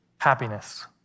happiness